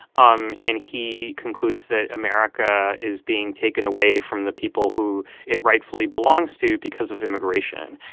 um and he concludes that america is being taken away from the people who it rightfully belongs to because of immigration.